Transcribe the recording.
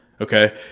Okay